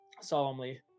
solemnly